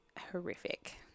horrific